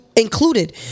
included